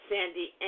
Sandy